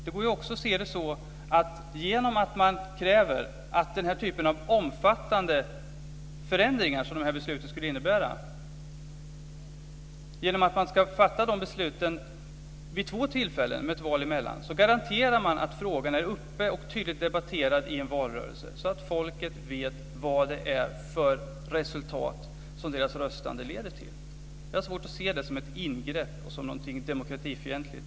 Det går också att se det som att man ska fatta beslut om denna typ av omfattande förändringar vid två tillfällen med ett val emellan så att man garanterar att frågan är uppe och tydligt debatteras i en valrörelse, så att folket vet vad det är för resultat som deras röstande leder till. Jag har svårt att se det som ett ingrepp och som någonting demokratifientligt.